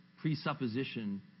presupposition